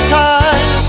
time